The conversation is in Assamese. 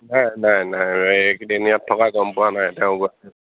নাই নাই নাই এইকেইদিন ইয়াত থকা গম পোৱা নাই তেওঁ